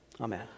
Amen